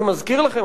אני מזכיר לכם,